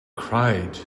cried